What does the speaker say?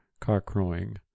cock-crowing